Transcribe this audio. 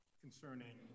concerning